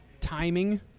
timing